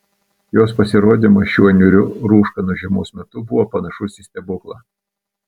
jos pasirodymas šiuo niūriu rūškanu žiemos metu buvo panašus į stebuklą